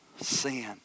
sin